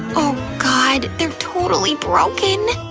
oh god, they're totally broken.